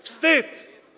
Wstyd.